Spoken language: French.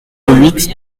huit